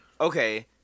Okay